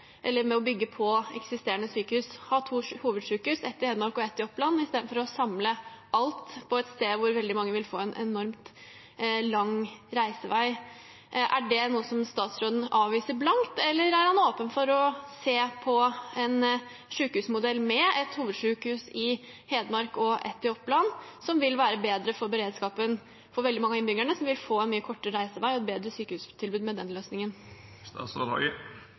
å bygge på eksisterende sykehus – ha to hovedsykehus, ett i Hedmark og ett i Oppland, i stedet for å samle alt på et sted hvor veldig mange vil få en enormt lang reisevei. Er det noe statsråden avviser blankt, eller er han åpen for å se på en sykehusmodell med ett hovedsykehus i Hedmark og ett i Oppland? Det vil være bedre for beredskapen for veldig mange innbyggere, som vil få en veldig mye kortere reisevei og et bedre sykehustilbud med den løsningen.